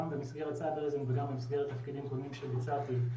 גם במסגרת cyberizen וגם במסגרת תפקידים קודמים שביצעתי,